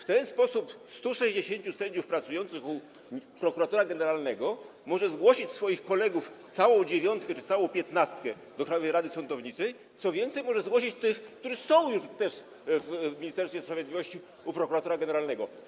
W ten sposób 160 sędziów pracujących u prokuratora generalnego może zgłosić swoich kolegów, całą dziewiątkę czy całą piętnastkę do Krajowej Rady Sądownictwa, co więcej, może zgłosić tych, którzy są już w Ministerstwie Sprawiedliwości u prokuratora generalnego.